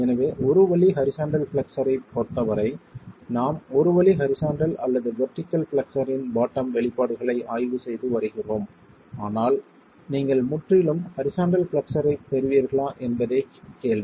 எனவே ஒரு வழி ஹரிசாண்டல் பிளெக்ஸ்ஸர் ஐப் பொறுத்தவரை நாம் ஒரு வழி ஹரிசாண்டல் அல்லது வெர்டிகள் பிளெக்ஸ்ஸர் இன் பாட்டம் வெளிப்பாடுகளை ஆய்வு செய்து வருகிறோம் ஆனால் நீங்கள் முற்றிலும் ஹரிசாண்டல் பிளெக்ஸ்ஸர் ஐப் பெறுவீர்களா என்பதே கேள்வி